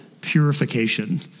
purification